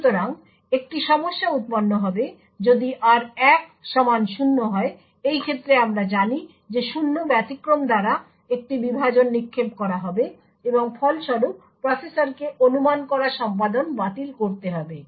সুতরাং একটি সমস্যা উৎপন্ন হবে যদি r1 সমান 0 হয় এই ক্ষেত্রে আমরা জানি যে শূন্য ব্যতিক্রম দ্বারা একটি বিভাজন নিক্ষেপ করা হবে এবং ফলস্বরূপ প্রসেসরকে অনুমান করা সম্পাদন বাতিল করতে হবে